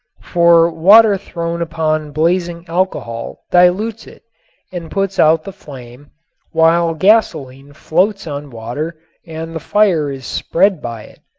for water thrown upon blazing alcohol dilutes it and puts out the flame while gasoline floats on water and the fire is spread by it.